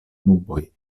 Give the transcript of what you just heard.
nuboj